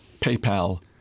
PayPal